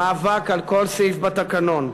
מאבק על כל סעיף בתקנון.